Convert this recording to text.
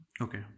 Okay